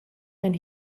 and